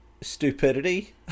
stupidity